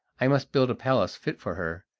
i must build a palace fit for her,